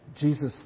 Jesus